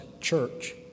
church